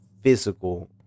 physical